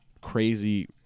Crazy